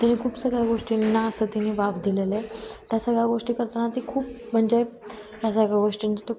त्यांनी खूप सगळ्या गोष्टींना असं त्यानी वाप दिलेलं आहे त्या सगळ्या गोष्टी करताना ती खूप म्हणजे त्या सगळ्या गोष्टींची तो